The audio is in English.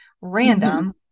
random